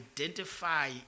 identify